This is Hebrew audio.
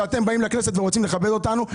שאתם באים לכנסת ורוצים לכבד אותנו,